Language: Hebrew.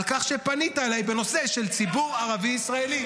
על כך שפנית אליי בנושא של ציבור ערבי ישראלי,